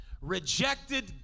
rejected